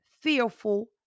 fearful